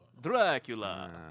Dracula